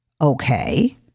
Okay